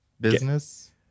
Business